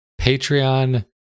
Patreon